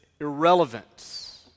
irrelevant